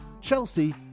Chelsea